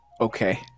Okay